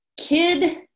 kid